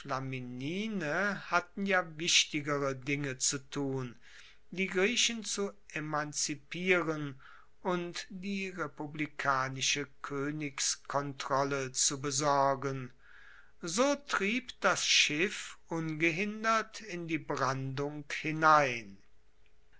flaminine hatten ja wichtigere dinge zu tun die griechen zu emanzipieren und die republikanische koenigskontrolle zu besorgen so trieb das schiff ungehindert in die brandung hinein